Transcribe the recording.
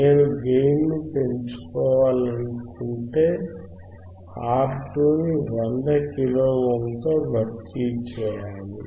నేను గెయిన్ ను పెంచుకోవాలనుకుంటే R2 ని 100 కిలో ఓమ్ తో భర్తీ చేయాలి